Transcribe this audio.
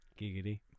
Giggity